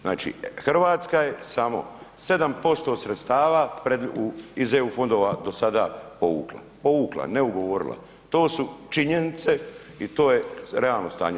Znači Hrvatska je samo 7% sredstava iz EU fondova do sada povukla, povukla, ne ugovorila, to su činjenice i to je realno stanje.